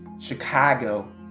Chicago